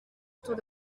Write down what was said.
autour